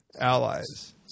allies